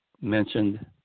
mentioned